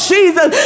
Jesus